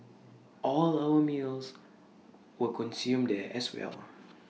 all our meals were consumed there as well